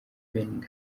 ben